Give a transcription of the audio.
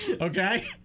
Okay